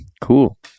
Cool